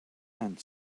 and